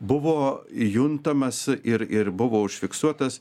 buvo juntamas ir ir buvo užfiksuotas